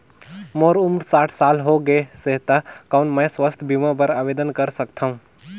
मोर उम्र साठ साल हो गे से त कौन मैं स्वास्थ बीमा बर आवेदन कर सकथव?